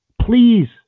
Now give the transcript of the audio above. Please